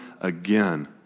again